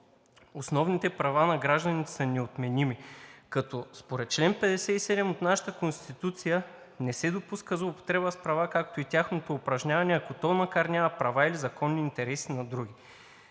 основните права на гражданите са неотменими, като според чл. 57 от нашата Конституция не се допуска злоупотреба с права, както и тяхното упражняване, ако то накърнява права или законни интереси на други.